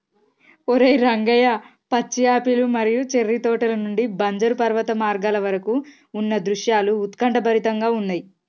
ఓరై రంగయ్య పచ్చి యాపిల్ మరియు చేర్రి తోటల నుండి బంజరు పర్వత మార్గాల వరకు ఉన్న దృశ్యాలు ఉత్కంఠభరితంగా ఉన్నయి